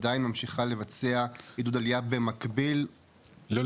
עדיין ממשיכה לבצע עידוד עלייה במקביל --- לא,